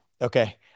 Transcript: Okay